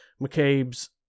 McCabe's